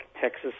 texas